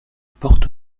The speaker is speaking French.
porte